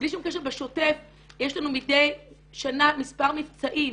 בלי שום קשר בשוטף יש לנו מדיי שנה מספר מבצעים.